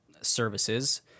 services